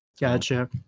Gotcha